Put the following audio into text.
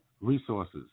resources